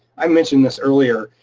i mentioned this earlier,